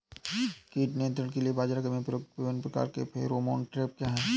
कीट नियंत्रण के लिए बाजरा में प्रयुक्त विभिन्न प्रकार के फेरोमोन ट्रैप क्या है?